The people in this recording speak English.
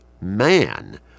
man